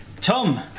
Tom